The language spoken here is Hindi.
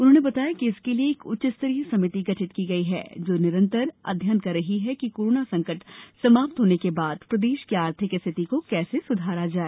उन्होंने बताया कि इसके लिए एक उच्च स्तरीय समिति गठित की गई है जो निरंतर अध्ययन कर रही है कि कोरोना संकट समाप्त होने के बाद प्रदेश की आर्थिक स्थिति को कैसे सुधारा जाए